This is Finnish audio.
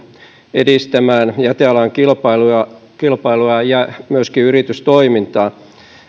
edistämään jätealan kilpailua kilpailua ja myöskin yritystoimintaa